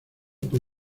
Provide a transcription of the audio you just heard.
por